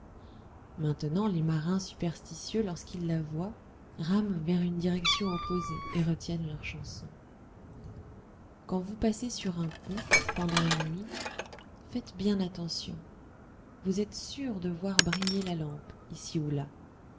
maintenant les marins superstitieux lorsqu'ils la voient rament vers une direction opposée et retiennent leurs chansons quand vous passez sur un pont pendant la nuit faites bien attention vous êtes sûr de voir briller la lampe ici ou là